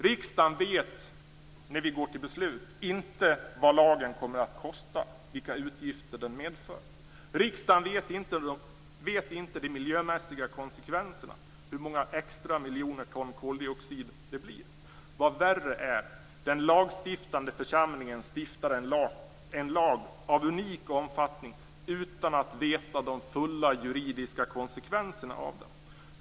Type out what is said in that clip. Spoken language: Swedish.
Riksdagen vet inte när vi går till beslut vad lagen kommer att kosta, vilka utgifter den medför. Riksdagen känner inte till de miljömässiga konsekvenserna, hur många extra miljoner ton koldioxid det blir. Och vad värre är: Den lagstiftande församlingen stiftar en lag av unik omfattning utan att känna till de fulla juridiska konsekvenserna av den.